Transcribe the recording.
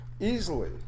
easily